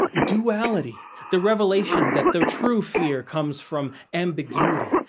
duality, the revelation that the true fear comes from ambiguity,